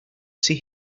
see